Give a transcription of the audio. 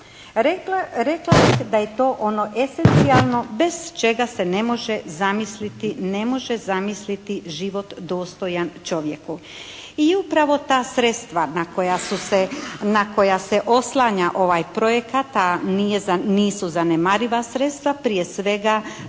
Rekla bih da je to ono esencijalno bez čega se ne može zamisliti, ne može zamisliti život dostojan čovjeku. I upravo ta sredstva na koja se oslanja ovaj projekat a nisu zanemariva sredstva prije svega